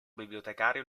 bibliotecario